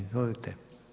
Izvolite.